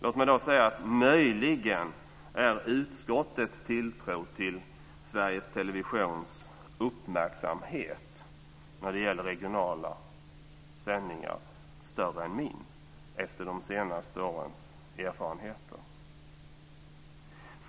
Låt mig då säga att utskottets tilltro till Sveriges Televisions uppmärksamhet när det gäller regionala sändningar möjligen är större än min efter de senaste årens erfarenheter.